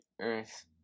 Earth